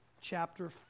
chapter